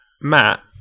Matt